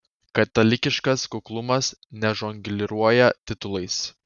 katalikiškas kuklumas nežongliruoja titulais